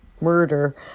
murder